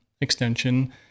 extension